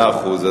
מאה אחוז.